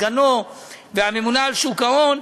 סגנו והממונה על שוק ההון,